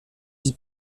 ils